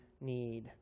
need